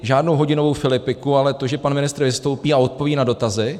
Žádnou hodinovou filipiku, ale to, že pan ministr vystoupí a odpoví na dotazy.